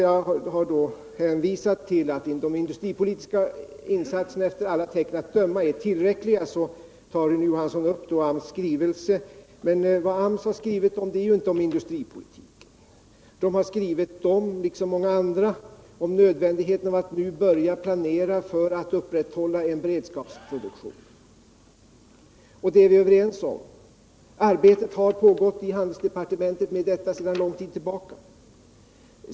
Jag har hänvisat till att de industripolitiska insatserna av alla tecken att döma är tillräckliga. Rune Johansson tar då upp AMS skrivelse. Men AMS har ju inte skrivit om industripolitiken. AMS har liksom så många andra skrivit om nödvändigheten att nu börja planera för att upprätthålla en beredskapsproduktion. Och detta är vi överens om. Arbetet därmed pågår i handelsdepartementet sedan lång tid tillbaka.